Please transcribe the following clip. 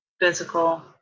physical